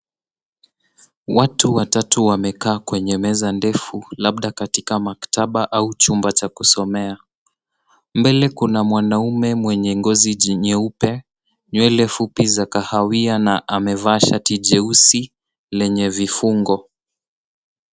Watu watatu wamekaa kwenye meza ndefu labda katika maktaba au chumba cha kusomea. Mbele kuna mwanaume mwenye ngozi nyeupe, nywele fupi za kahawia na amevaa shati jeusi lenye vifungo.